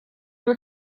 were